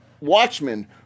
watchmen